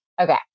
okay